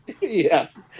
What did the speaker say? Yes